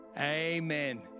Amen